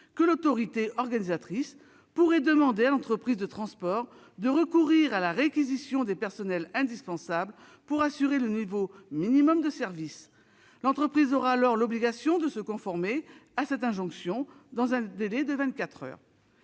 que l'AOT pourrait demander à l'entreprise de transport de recourir à la réquisition des personnels indispensables pour assurer le niveau minimum de service. L'entreprise aura alors l'obligation de se conformer à cette injonction dans un délai de